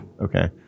Okay